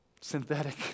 Synthetic